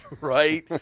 right